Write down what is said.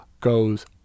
goes